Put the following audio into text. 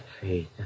faith